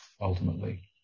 ultimately